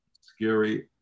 Scary